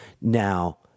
Now